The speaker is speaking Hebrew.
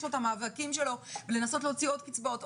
יש לו את המאבקים שלו לנסות להוציא עוד קצבאות,